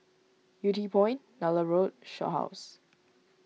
Yew Tee Point Nallur Road Shaw House